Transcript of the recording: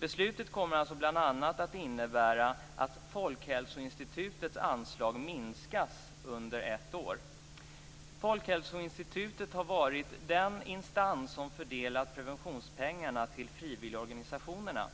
Beslutet kommer bl.a. att innebära att Folkhälsoinstitutets anslag minskas under ett år. Folkhälsoinstitutet har varit den instans som fördelat preventionspengarna till frivilligorganisationerna.